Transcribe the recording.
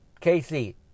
Casey